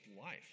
life